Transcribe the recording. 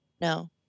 No